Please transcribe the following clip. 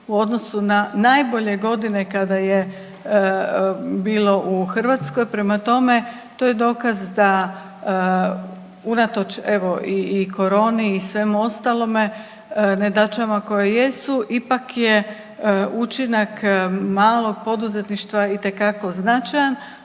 u odnosu na najbolje godine kada je bilo u Hrvatskoj. Prema tome, to je dokaz da unatoč evo i koroni i svemu ostalome, nedaćama koje jesu, ipak je učinak malog poduzetništva itekako značajan.